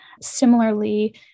similarly